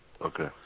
Okay